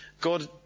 God